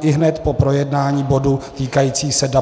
ihned po projednání bodu týkajícího se Dublinu IV.